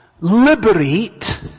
liberate